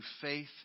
faith